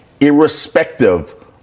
irrespective